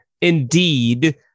Indeed